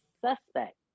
suspect